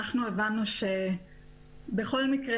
אנחנו הבנו שבכל מקרה,